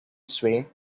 sway